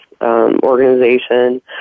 Organization